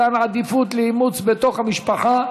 מתן עדיפות לאימוץ בתוך המשפחה),